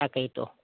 তাকেইটো